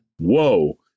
Whoa